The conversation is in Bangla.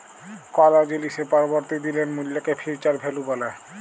কল জিলিসের পরবর্তী দিলের মূল্যকে ফিউচার ভ্যালু ব্যলে